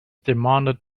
demanded